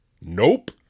nope